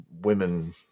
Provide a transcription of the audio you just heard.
women